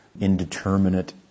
indeterminate